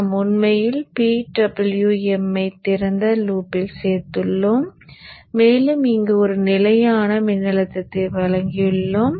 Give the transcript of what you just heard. நாம் உண்மையில் PWM ஐ திறந்த லூப்பில் சேர்த்துள்ளோம் மேலும் இங்கு ஒரு நிலையான மின்னழுத்தத்தை வழங்கியுள்ளோம்